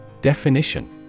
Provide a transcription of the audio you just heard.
Definition